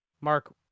Mark